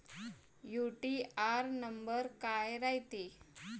UTR number काय रायते?